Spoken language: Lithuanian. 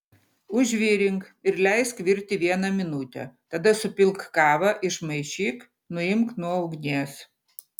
užvirink ir leisk virti vieną minutę tada supilk kavą išmaišyk nuimk nuo ugnies